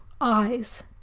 eyes